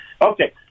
Okay